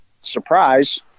surprise